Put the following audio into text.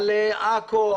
על עכו,